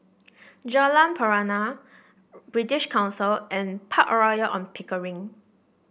Jalan Pernama British Council and Park Royal On Pickering